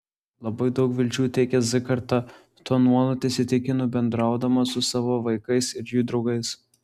labai daug vilčių teikia z karta tuo nuolat įsitikinu bendraudama su savo vaikais ir jų draugais